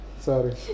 Sorry